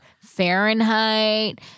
Fahrenheit